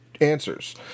answers